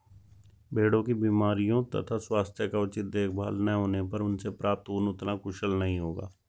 भेड़ों की बीमारियों तथा स्वास्थ्य का उचित देखभाल न होने पर उनसे प्राप्त ऊन उतना कुशल नहीं होगा